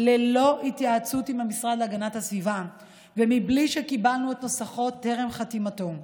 ללא התייעצות עם המשרד להגנת הסביבה ובלי שקיבלנו את נוסחו טרם חתימתו.